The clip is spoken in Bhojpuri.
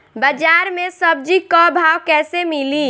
बाजार मे सब्जी क भाव कैसे मिली?